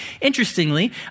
interestingly